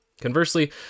Conversely